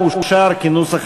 עבודות פיתוח בניהול,